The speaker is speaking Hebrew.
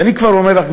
ואני כבר אומר לך,